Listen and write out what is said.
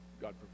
God